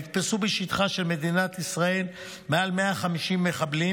נתפסו בשטחה של מדינת ישראל מעל 150 מחבלים,